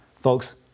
Folks